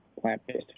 plant-based